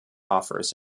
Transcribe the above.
offers